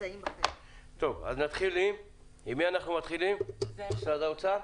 אז נתחיל עם משרד האוצר,